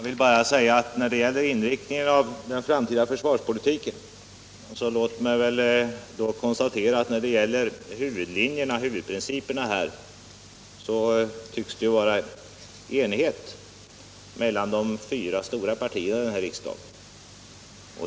Herr talman! Låt mig säga om inriktningen av den framtida försvarspolitiken att när det gäller huvudprinciperna tycks det råda enighet mellan de fyra stora partierna i riksdagen.